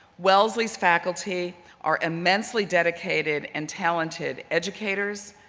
wellesley's faculty are immensely dedicated and talented educators,